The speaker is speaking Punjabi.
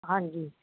ਹਾਂਜੀ